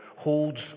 holds